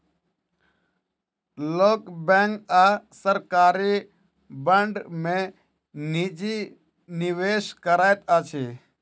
लोक बैंक आ सरकारी बांड में निजी निवेश करैत अछि